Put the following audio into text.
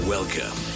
Welcome